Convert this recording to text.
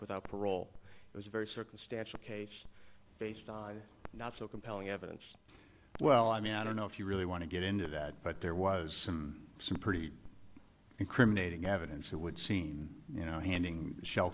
without parole as a very circumstantial case based on not so compelling evidence well i mean i don't know if you really want to get into that but there was some pretty incriminating evidence it would seem you know handing shell